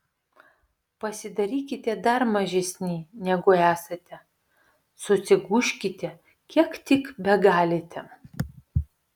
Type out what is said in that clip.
pasidarykite dar mažesni negu esate susigūžkite kiek tik begalite